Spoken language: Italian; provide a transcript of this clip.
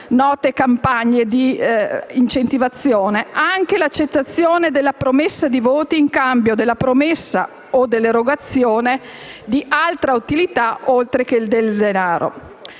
note campagne di incentivazione), anche l'accettazione della promessa di voti in cambio della promessa o dell'erogazione, di altra utilità, oltre che di denaro.